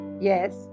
Yes